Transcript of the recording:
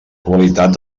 qualitat